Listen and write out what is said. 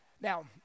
Now